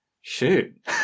shoot